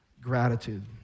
gratitude